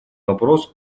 вопрос